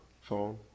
phone